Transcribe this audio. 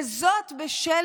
וזאת בשל